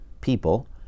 people